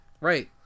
Right